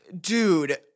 Dude